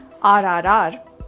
RRR